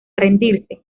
rendirse